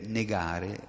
negare